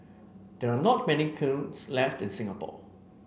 there are not many kilns left in Singapore